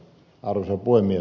arvoisa puhemies